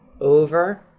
over